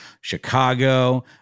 Chicago